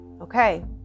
Okay